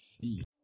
see